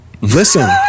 listen